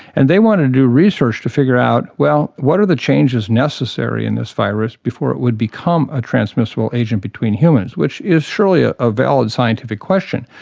and they want to do research to figure out, well, what are the changes necessary in this virus before it would become a transmissible agent between humans, which is surely ah a valid scientific question.